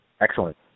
Excellent